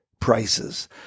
prices